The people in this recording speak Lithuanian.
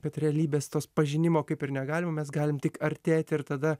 bet realybės tos pažinimo kaip ir negalim mes galim tik artėti ir tada